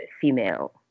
female